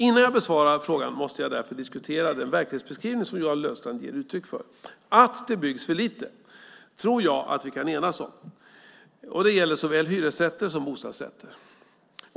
Innan jag besvarar frågan måste jag därför diskutera den verklighetsbeskrivning som Johan Löfstrand ger uttryck för. Att det byggs för lite tror jag att vi kan enas om - detta gäller såväl hyresrätter som bostadsrätter.